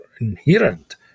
inherent